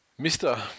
Mr